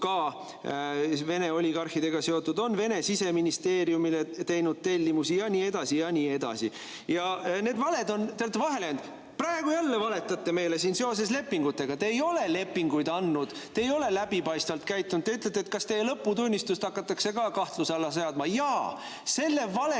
ka Vene oligarhidega seotud, on Vene Siseministeeriumile teinud tellimusi ja nii edasi ja nii edasi. Te olete vahele jäänud. Praegu jälle valetate meile siin seoses lepingutega. Te ei ole lepinguid andnud, te ei ole läbipaistvalt käitunud. Te küsite, kas teie lõputunnistust hakatakse ka kahtluse alla seadma. Jaa! Selle valetamise